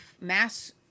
mass